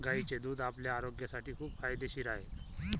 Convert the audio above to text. गायीचे दूध आपल्या आरोग्यासाठी खूप फायदेशीर आहे